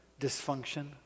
dysfunction